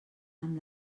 amb